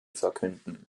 verkünden